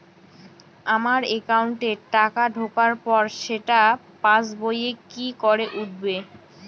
আমার একাউন্টে টাকা ঢোকার পর সেটা পাসবইয়ে কি করে উঠবে?